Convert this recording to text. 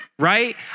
Right